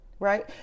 right